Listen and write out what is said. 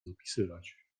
zapisywać